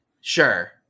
Sure